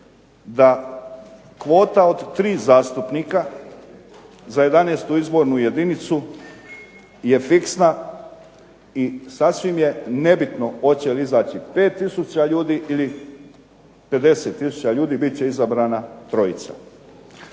da kvota od tri zastupnika za 11. izbornu jedinicu je fiksna i sasvim je nebitno hoće li izaći 5 tisuća ljudi ili 50 tisuća ljudi, bit će izabrana trojica.